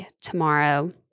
tomorrow